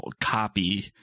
copy